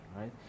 right